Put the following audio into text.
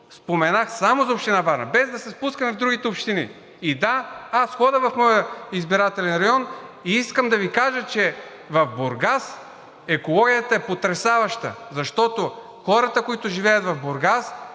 казах само за община Варна, без да се впускаме в другите общини. И да, аз ходя в моя избирателен район и искам да Ви кажа, че в Бургас екологията е потресаваща, защото хората, които живеят в Бургас,